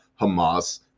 hamas